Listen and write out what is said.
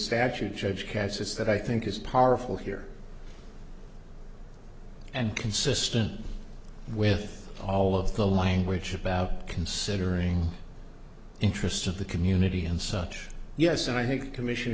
statute judge has is that i think is powerful here and consistent with all of the language about considering interests of the community and such yes and i think commission